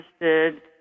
interested